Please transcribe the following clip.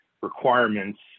requirements